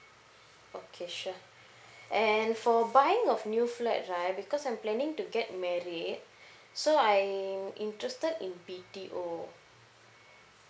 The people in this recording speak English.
okay sure and for buying a new flat right because I'm planning to get married so I'm interested in B_T_O